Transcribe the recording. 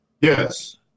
Yes